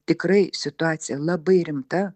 tikrai situacija labai rimta